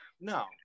no